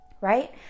right